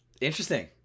Interesting